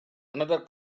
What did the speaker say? another